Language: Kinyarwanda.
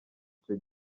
icyo